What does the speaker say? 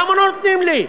למה לא נותנים לי?